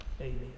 Amen